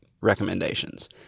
recommendations